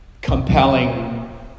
compelling